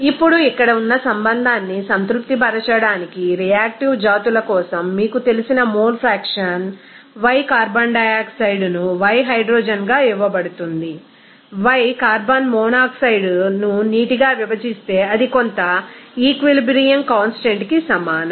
ఇప్పుడు ఇక్కడ ఉన్న సంబంధాన్ని సంతృప్తి పరచడానికి రియాక్టివ్ జాతుల కోసం మీకు తెలిసిన మోల్ ఫ్రాక్షన్ y కార్బన్ డయాక్సైడ్ను y హైడ్రోజన్గా ఇవ్వబడుతుంది y కార్బన్ మోనాక్సైడ్ను నీటిగా విభజిస్తే అది కొంత ఈక్విలిబ్రియమ్ కాన్స్టంట్ కి సమానం